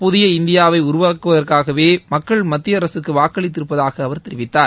புதிய இந்தியாவை உருவாக்குவதற்காகவே மக்கள் மத்திய அரசுக்கு வாக்களித்திருப்பதாக அவர் தெரிவித்தார்